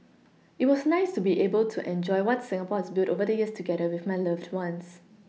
it was nice to be able to enjoy what Singapore has built over the years together with my loved ones